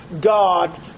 God